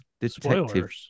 detective